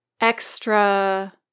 extra